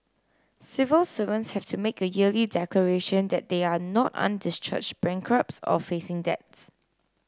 civil servants have to make a yearly declaration that they are not undischarged bankrupts or facing debts